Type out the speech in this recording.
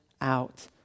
out